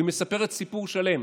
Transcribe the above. והיא מספרת סיפור שלם,